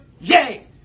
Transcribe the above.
yay